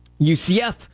UCF